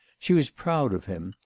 she was proud of him,